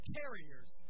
carriers